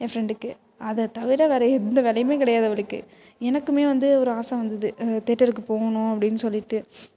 என் ஃப்ரெண்டுக்கு அதை தவிர வேறு எந்த வேலையும் கிடையாது அவளுக்கு எனக்கும் வந்து ஒரு ஆசை வந்தது தேட்டருக்கு போகணும் அப்டின்னு சொல்லிட்டு